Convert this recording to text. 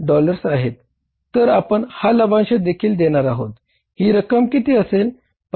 तर आपण हा लाभांश देखील देणार आहोत ही रक्कम किती असेल